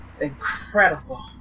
incredible